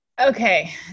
Okay